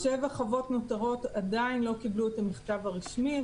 שבע חוות נותרות עדיין לא קיבלו את המכתב הרשמי,